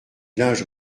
linge